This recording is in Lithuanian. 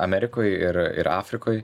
amerikoj ir ir afrikoj